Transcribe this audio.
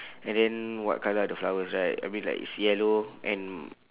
and then what colour are the flowers right I mean like is yellow and